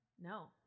No